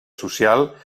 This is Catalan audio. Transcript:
social